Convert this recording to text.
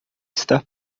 estar